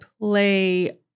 play